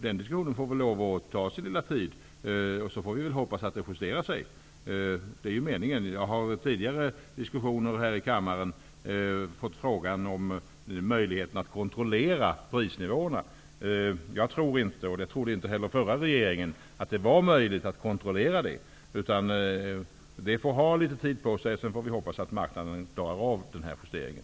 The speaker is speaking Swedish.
Den diskussionen får väl lov att ta sin lilla tid, och vi får hoppas att det hela justeras. Det är meningen. Jag har vid tidigare diskussioner här i kammaren fått frågan om möjligheten att kontrollera prisnivån. Jag tror inte, och det trodde inte heller den föregående regeringen, att det är möjligt att kontrollera detta. Det får ta litet tid, och vi får hoppas att marknaden klarar av justeringen.